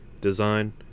design